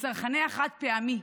לצרכני החד-פעמי,